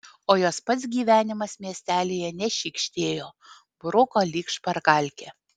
o jos pats gyvenimas miestelyje nešykštėjo bruko lyg špargalkę